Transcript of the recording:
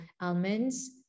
almonds